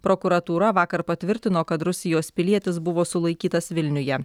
prokuratūra vakar patvirtino kad rusijos pilietis buvo sulaikytas vilniuje